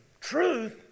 Truth